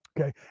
okay